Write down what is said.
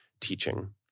teaching